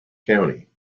county